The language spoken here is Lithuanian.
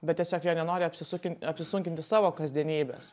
bet tiesiog jie nenori apsisukint apsisunkinti savo kasdienybės